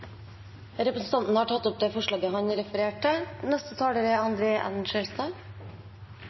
Representanten Roy Steffensen har tatt opp det forslaget han refererte til. Vi i SV er